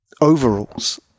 overalls